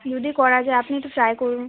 যদি করা যায় আপনি একটু ট্রাই করুন